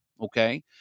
okay